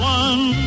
one